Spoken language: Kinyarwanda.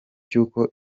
cy’uko